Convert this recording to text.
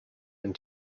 and